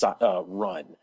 run